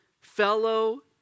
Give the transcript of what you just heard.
fellow